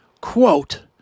Quote